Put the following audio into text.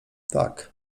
tak